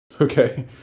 okay